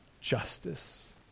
justice